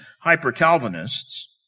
hyper-Calvinists